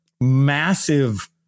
massive